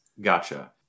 Gotcha